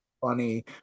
funny